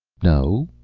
no,